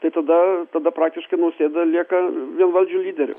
tai tada tada praktiškai nausėda lieka vienvaldžiu lyderiu